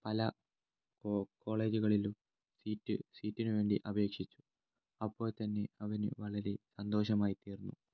പല കോ കോളേജുകളിലും സീറ്റ് സീറ്റിനു വേണ്ടി അപേക്ഷിച്ചു അപ്പോൾ തന്നെ അവന് വളരെ സന്തോഷമായി തീർന്നു